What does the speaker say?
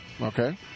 Okay